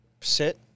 sit